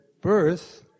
birth